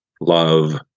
love